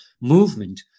movement